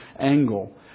angle